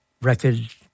record